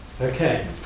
okay